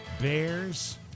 Bears